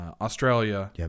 Australia